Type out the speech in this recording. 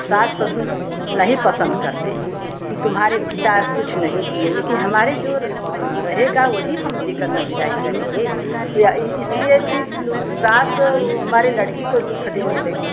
सास ससुर नहीं पसंद करते कि तुम्हारे पिता कुछ नहीं दिए लेकिन हमारे जो रहेगा वही हम देकर न विदाई करेंगे या इसलिए फिर सास हमारे लड़की को दुःख देने लगी